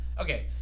Okay